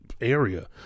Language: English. area